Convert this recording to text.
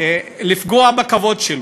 לפגוע בכבוד שלו.